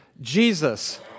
Jesus